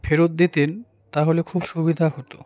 ফেরত দিতেন তাহলে খুব সুবিধা হতো